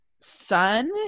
Son